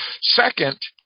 Second